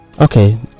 okay